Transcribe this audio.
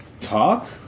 talk